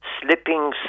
slipping